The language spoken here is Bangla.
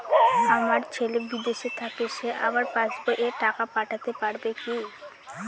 আমার ছেলে বিদেশে থাকে সে আমার পাসবই এ টাকা পাঠাতে পারবে কি?